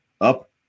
up